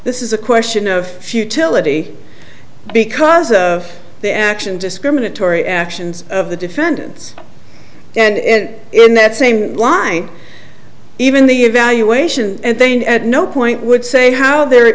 this is a question of futility because of the action discriminatory actions of the defendants and in that same line even the evaluation and then at no point would say how the